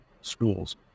schools